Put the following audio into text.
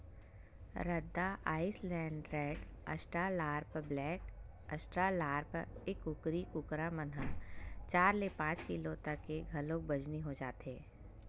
रद्दा Island Red, Australorp, black Australorp, ए कुकरी कुकरा मन ह चार ले पांच किलो तक के घलोक बजनी हो जाथे